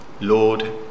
Lord